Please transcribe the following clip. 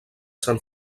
sant